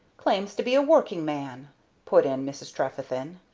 claims to be working-man, put in mrs. trefethen.